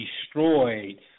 destroyed